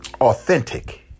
authentic